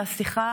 מעוררי השראה,